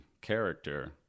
character